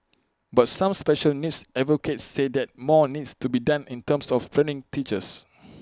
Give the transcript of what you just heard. but some special needs advocates say that more needs to be done in terms of training teachers